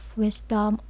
wisdom